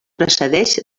procedix